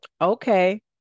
Okay